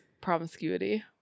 promiscuity